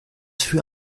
für